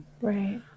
right